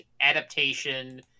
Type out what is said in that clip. Adaptation